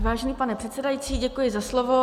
Vážený pane předsedající, děkuji za slovo.